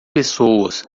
pessoas